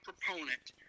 proponent